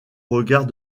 regard